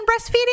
breastfeeding